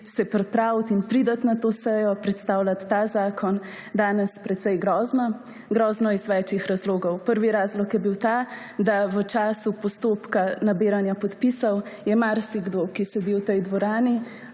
se pripraviti in priti na to sejo, predstavljati ta zakon danes precej grozno. Grozno iz več razlogov. Prvi razlog je bil ta, da v času postopka nabiranja podpisov je marsikdo, ki sedi v tej dvorani,